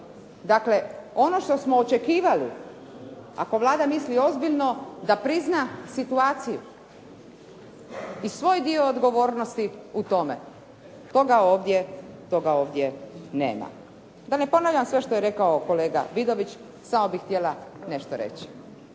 Dakle, ono što smo očekivali ako Vlada misli ozbiljno da prizna situaciju i soj dio odgovornosti u tome. Toga ovdje nema. Da ne ponavljam sve što je rekao kolega Vidović, samo bih htjela nešto reći.